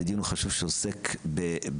זה דיון חשוב שעוסק בנשמות,